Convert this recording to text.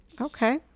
Okay